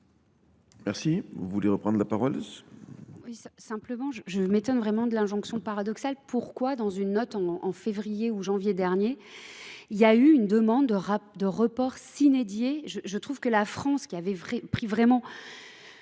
Merci. Vous voulez reprendre la parole ?